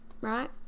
right